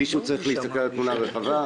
מישהו צריך להסתכל על התמונה הרחבה.